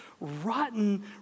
rotten